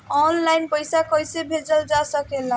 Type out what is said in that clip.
आन line पईसा कईसे भेजल जा सेकला?